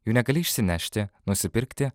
jų negali išsinešti nusipirkti